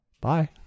Bye